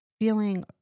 feeling